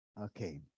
Okay